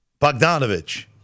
Bogdanovich